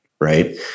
right